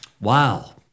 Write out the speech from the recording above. Wow